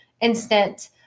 instant